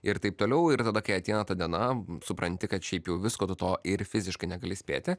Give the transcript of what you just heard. ir taip toliau ir tada kai ateina ta diena supranti kad šiaip jau visko tu to ir fiziškai negali spėti